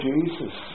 Jesus